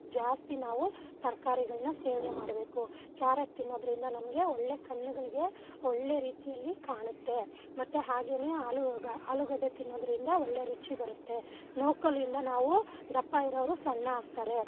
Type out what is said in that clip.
ಜಾಸ್ತಿ ನಾವು ತರ್ಕಾರಿಗಳನ್ನ ಸೇವನೆ ಮಾಡಬೇಕು ಕ್ಯಾರೆಟ್ ತಿನ್ನೋದ್ರಿಂದ ನಮಗೆ ಒಳ್ಳೆ ಕಣ್ಗಳಿಗೆ ಒಳ್ಳೆ ರೀತಿಯಲ್ಲಿ ಕಾಣುತ್ತೆ ಮತ್ತೆ ಹಾಗೆಯೇ ಆಲೂಗ ಆಲೂಗಡ್ಡೆ ತಿನ್ನೋದ್ರಿಂದ ಒಳ್ಳೆ ರುಚಿ ಬರುತ್ತೆ ನೋಕೊಲಿಂದ ನಾವು ದಪ್ಪ ಇರೋರು ಸಣ್ಣ ಆಗ್ತಾರೆ